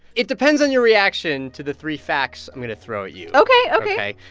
it depends on your reaction to the three facts i'm going to throw at you ok. ok